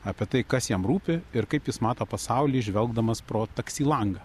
apie tai kas jam rūpi ir kaip jis mato pasaulį žvelgdamas pro taksi langą